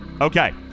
Okay